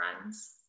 friends